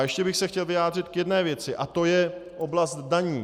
Ještě bych se chtěl vyjádřit k jedné věci a to je oblast daní.